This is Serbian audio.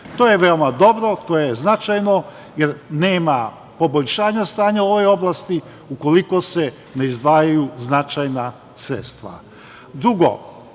To je veoma dobro, to je značajno, jer nema poboljšanja stanja u ovoj oblasti ukoliko se ne izdvajaju značajna sredstva. Drugo,